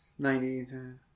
90s